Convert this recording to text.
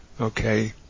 okay